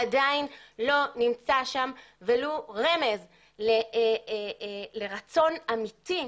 עדיין לא נמצא שם ולו רמז לרצון אמתי,